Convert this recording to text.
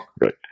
Right